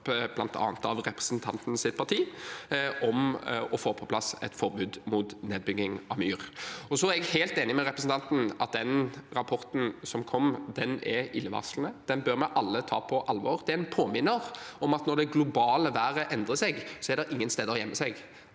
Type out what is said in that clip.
bl.a. av representantens parti, om å få på plass et forbud mot nedbygging av myr. Jeg er helt enig med representanten i at den rapporten som kom, er illevarslende. Den bør vi alle ta på alvor. Det er en påminnelse om at når det globale været endrer seg, er det ingen steder å gjemme seg.